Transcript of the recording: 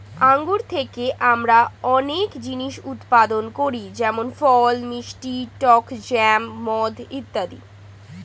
আঙ্গুর থেকে আমরা অনেক জিনিস উৎপাদন করি যেমন ফল, মিষ্টি, টক জ্যাম, মদ ইত্যাদি